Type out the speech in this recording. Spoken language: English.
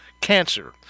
cancer